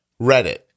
reddit